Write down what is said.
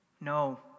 No